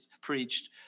preached